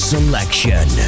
Selection